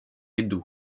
hindu